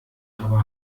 aber